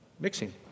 mixing